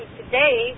today